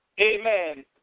amen